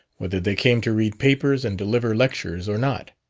whether they came to read papers and deliver lectures or not.